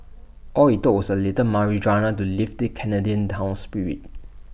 all IT took was A little marijuana to lifted Canadian town's spirits